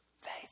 faith